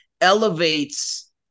elevates